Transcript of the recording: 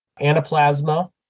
anaplasma